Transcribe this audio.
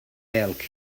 milk